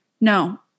No